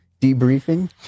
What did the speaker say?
debriefing